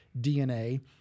DNA